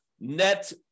net